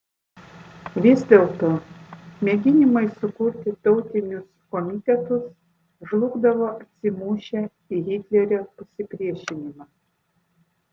vis dėlto mėginimai sukurti tautinius komitetus žlugdavo atsimušę į hitlerio pasipriešinimą